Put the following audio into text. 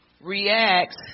reacts